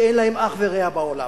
שאין להם אח ורע בעולם,